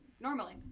normally